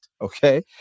okay